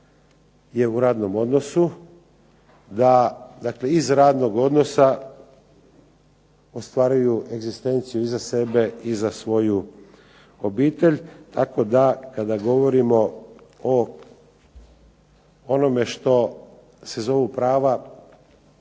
je u radnom odnosu, da dakle iz radnog odnosa ostvaruju egzistenciju i za sebe i za svoju obitelj. Tako da kada govorimo o onome što se zovu prava